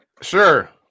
Sure